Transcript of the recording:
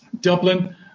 Dublin